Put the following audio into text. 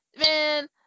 Man